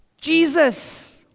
Jesus